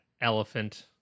elephant